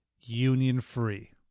union-free